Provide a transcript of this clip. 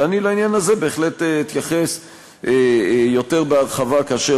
ואני לעניין הזה בהחלט אתייחס יותר בהרחבה כאשר